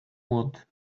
want